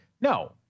No